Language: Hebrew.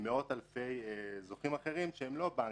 ממאות אלפי זוכים אחרים שהם לא בנקים,